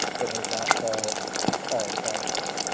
but did not solve all problems.